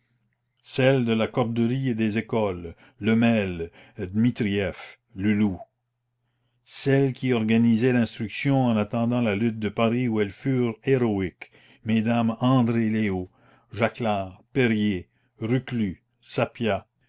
celles de la corderie et des écoles lemel dmitrieff leloup celles qui organisaient l'instruction en attendant la lutte de paris où elles furent héroïques mesdames andrée léo jaclar périer reclus